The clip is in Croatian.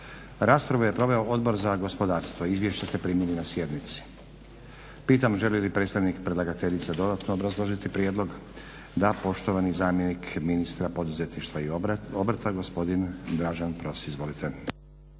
Raspravu je proveo Odbor za gospodarstvo. Izvješća ste primili na sjednici. Pitam, želi li predstavnik predlagateljice dodatno obrazložiti prijedlog? Da. Poštovani zamjenik ministra poduzetništva i obrta gospodin Dražen Pros. Izvolite.